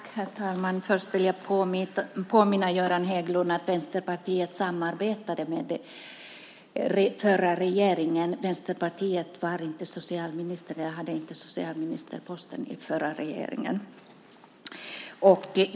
Herr talman! Först vill jag påminna Göran Hägglund om att Vänsterpartiet samarbetade med den förra regeringen. Vänsterpartiet hade inte socialministerposten i den förra regeringen.